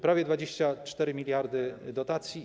Prawie 24 mld dotacji.